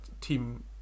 team